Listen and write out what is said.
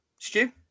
Stu